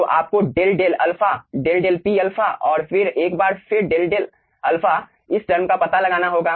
तो आपको del del alpha del del P alpha और फिर एक बार फिर डेल डेल अल्फा इस टर्म का पता लगाना होगा